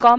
com